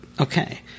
okay